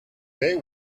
they